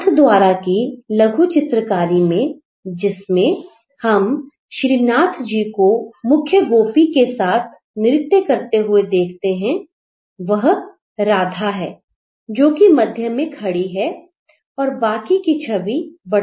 नाथद्वारा की लघु चित्रकारी में जिसमें हम श्रीनाथजी को मुख्य गोपी के साथ नृत्य करते हुए देखते हैं वह राधा है जो कि मध्य में खड़ी है और बाकी की छवि बढ़ती जाती हैं